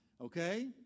okay